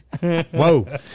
Whoa